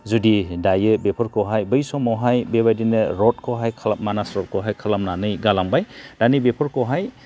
जुदि दायो बेफोरखौहाय बै समावहाय बिबादिनो रडखौहाय मानास रडखौहाय खालामनानै गालांबाय दा नैबेफोरखौहाय